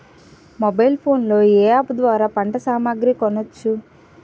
Mobile phone లో ఏ app ద్వారా పంట సామాగ్రి కొనచ్చు?